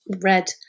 red